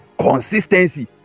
Consistency